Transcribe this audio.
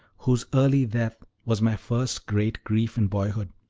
whose early death was my first great grief in boyhood.